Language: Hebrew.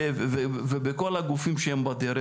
ובכל הגופים שהם בדרך.